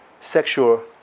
sexual